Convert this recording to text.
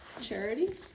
Charity